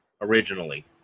originally